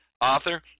author